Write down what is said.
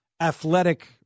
athletic